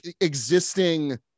existing